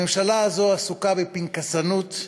הממשלה הזאת עסוקה בפנקסנות,